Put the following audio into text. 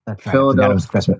Philadelphia